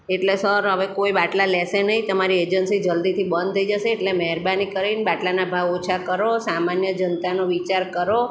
એટલે સર હવે કોઈ બાટલા લેશે નહીં તમારી એજન્સી જલ્દીથી બંધ થઈ જશે એટલે મહેરબાની કરીન બાટલાના ભાવ ઓછા કરો સામાન્ય જનતાનો વિચાર કરો